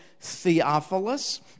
Theophilus